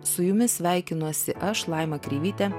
su jumis sveikinuosi aš laima kreivytė